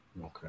Okay